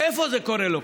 איפה זה קורה לו?